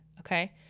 Okay